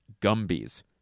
gumby's